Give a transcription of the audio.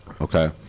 Okay